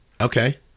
Okay